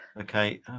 Okay